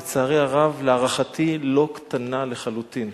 לצערי הרב, להערכתי לא קטנה לחלוטין,